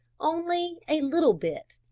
only a little bit.